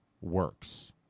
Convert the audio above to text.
works